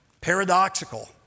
paradoxical